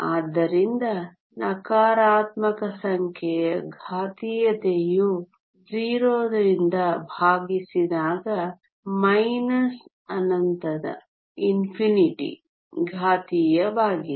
ಆದ್ದರಿಂದ ನಕಾರಾತ್ಮಕ ಸಂಖ್ಯೆಯ ಘಾತೀಯತೆಯು 0 ರಿಂದ ಭಾಗಿಸಿದಾಗ ಮೈನಸ್ ಅನಂತದ ಘಾತೀಯವಾಗಿದೆ